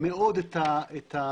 מאוד את האישור,